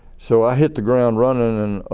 so i hit the ground running